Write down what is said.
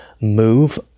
move